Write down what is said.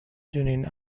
دونین